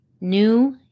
New